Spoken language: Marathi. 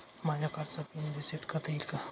माझ्या कार्डचा पिन रिसेट करता येईल का?